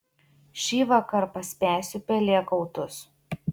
šįvakar paspęsiu pelėkautus